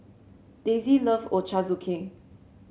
Daisey love Ochazuke